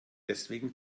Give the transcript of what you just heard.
deswegen